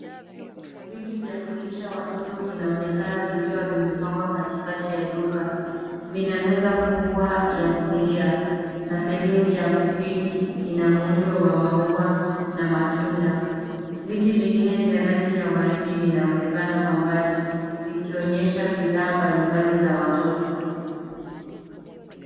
Viti vya kulisha watoto vina onekana vikiwa vimepangwa katikati ya duka, vina meza kubwa ya kulia na sehemu ya kuketi ina muundo wa maua na matunda. Viti vingine vya rangi ya waridi vinaonekana kwa mbali vikionyesha bidhaa mbalimbali za watoto.